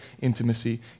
intimacy